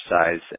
exercise